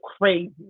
crazy